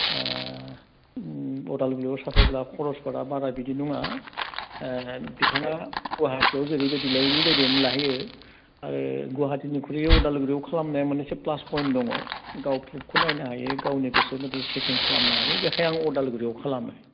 अदालगुरियाव साफायब्ला खरसफोरा बारा बिदि नङा बिथाङा गुवाहाटियाव जेरैबायदि लायो बेबायदियैनो लाहैयो आरो गुवाहाटिनिख्रुइ अदालगुरियाव खालामनाया मोननैसो प्लास पइन्ट दङ गाव प्रुभखौ नायनो हायो गावनि गोसोबायदि सेटिं खालामनो हायो बेखायनो आं अदालगुरियाव खालामो